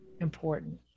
important